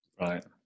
Right